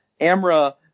Amra